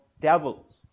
devils